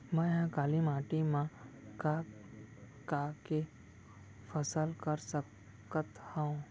मै ह काली माटी मा का का के फसल कर सकत हव?